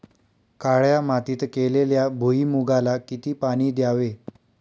काळ्या मातीत केलेल्या भुईमूगाला किती पाणी द्यावे?